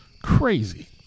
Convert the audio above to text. Crazy